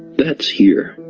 that's here,